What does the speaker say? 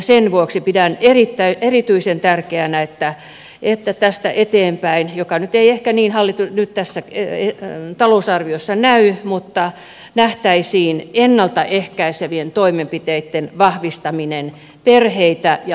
sen vuoksi pidän erityisen tärkeänä että tästä eteenpäin mikä nyt ei ehkä niin tässä talousarviossa näy nähtäisiin ennalta ehkäisevien toimenpiteitten vahvistaminen perheitä ja lapsia ajatellen